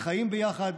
והם חיים ביחד.